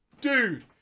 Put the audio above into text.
Dude